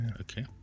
Okay